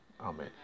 Amen